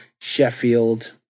Sheffield